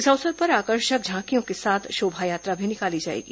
इस अवसर पर आकर्षक झांकियों के साथ शोभायात्रा भी निकाली जाएगी